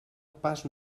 pas